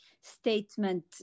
statement